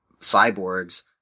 cyborgs